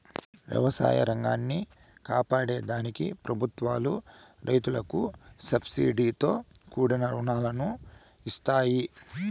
వ్యవసాయ రంగాన్ని కాపాడే దానికి ప్రభుత్వాలు రైతులకు సబ్సీడితో కూడిన రుణాలను ఇస్తాయి